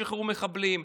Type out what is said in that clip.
שחרור מחבלים,